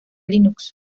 linux